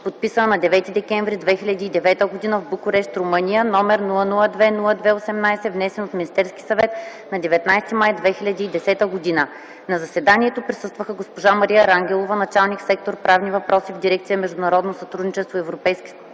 подписана на 9 декември 2009 г. в Букурещ, Румъния, № 002-02-18, внесен от Министерския съвет на 19 май 2010г. На заседанието присъстваха госпожа Мария Рангелова – началник сектор „Правни въпроси” в дирекция „Международно сътрудничество и Европейски